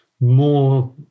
more